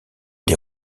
des